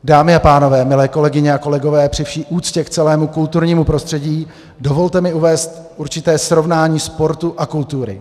Dámy a pánové, milé kolegyně a kolegové, při vší úctě k celému kulturnímu prostředí, dovolte mi uvést určité srovnání sportu a kultury.